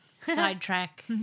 Sidetrack